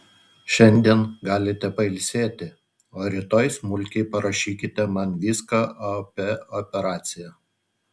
šiandien galite pailsėti o rytoj smulkiai parašykite man viską apie operaciją